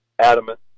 adamant